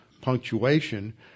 punctuation